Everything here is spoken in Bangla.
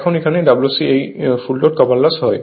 এখন এজন্য Wc এই ফুল লোড কপার লস হয়